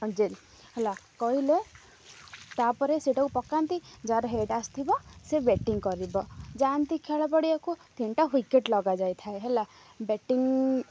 ଯେ ହେଲା କହିଲେ ତା'ପରେ ସେଇଟାକୁ ପକାନ୍ତି ଯାହାର ହେଡ଼୍ ଆସି ଥିବ ସେ ବ୍ୟାଟିଂ କରିବ ଯାଆନ୍ତି ଖେଳ ପଡ଼ିଆକୁ ତିନିଟା ୱିକେଟ୍ ଲଗାଯାଇଥାଏ ହେଲା ବ୍ୟାଟିଂ